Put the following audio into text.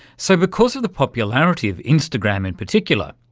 so because of the popularity of instagram in particular,